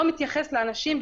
לא מתייחס לאנשים,